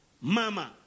Mama